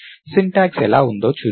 syntax ఎలా ఉందో చూద్దాం